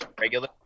regular